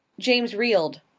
james reeled.